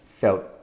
felt